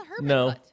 no